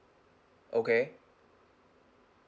okay